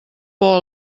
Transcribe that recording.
por